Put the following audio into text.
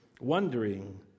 wondering